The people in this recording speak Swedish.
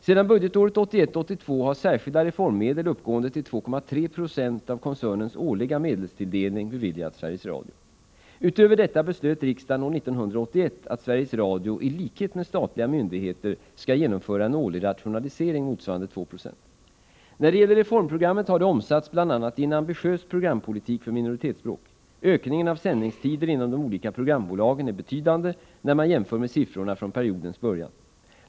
Sedan budgetåret 1981/82 har särskilda reformmedel uppgående till 2,3 26 av koncernens årliga medelstilldelning beviljats Sveriges Radio. Utöver detta beslöt riksdagen år 1981 att Sveriges Radio, i likhet med statliga myndigheter, skall genomföra en årlig rationalisering motsvarande 2 96. När det gäller reformprogrammet .har det omsatts bl.a. i en ambitiös programpolitik för minoritetsspråk. Ökningen av sändningstider inom de olika programbolagen är betydande när man jämför med siffrorna från periodens början.